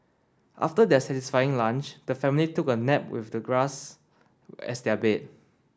after their satisfying lunch the family took a nap with the grass as their bed